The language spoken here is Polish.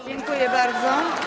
Dziękuję bardzo.